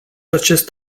acest